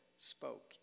spoke